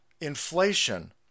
Inflation